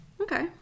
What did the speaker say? Okay